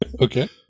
okay